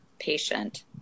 patient